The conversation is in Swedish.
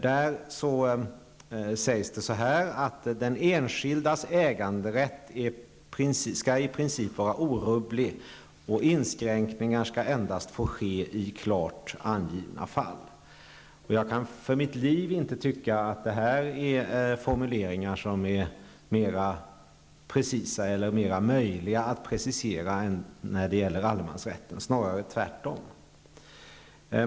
Där sägs det att den enskildes äganderätt i princip skall vara orubblig, och inskränkningar skall endast få ske i klart angivna fall. Jag kan för mitt liv inte tycka att det är formuleringar som är mera precisa eller mera möjliga att precisera än när det gäller allemansrätten, snarare tvärtom.